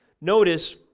Notice